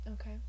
okay